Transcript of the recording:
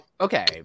okay